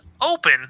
open